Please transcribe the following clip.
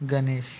Ganesh